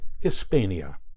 Hispania